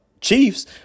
Chiefs